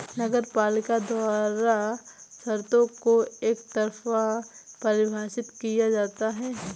नगरपालिका द्वारा शर्तों को एकतरफा परिभाषित किया जाता है